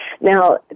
Now